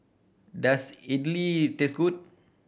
does Idili taste good